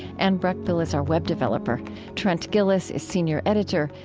anne breckbill is our web developer trent gilliss is senior editor.